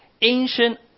ancient